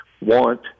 want